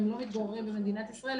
אם הם לא מתגוררים במדינת ישראל,